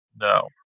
No